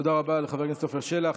תודה רבה לחבר הכנסת עפר שלח.